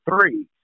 three